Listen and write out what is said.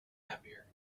happier